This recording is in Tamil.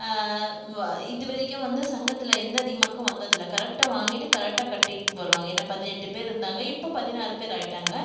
இது வரைக்கும் வந்து சங்கத்தில் எந்த டீமார்க்கும் வந்ததில்லை கரெக்டாக வாங்கிட்டு கரெக்டாக கட்டிட்டு வருவாங்க ஏன்னால் பதினெட்டு பேர் இருந்தாங்க இப்போது பதினாறு பேர் ஆகிட்டாங்க